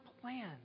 plan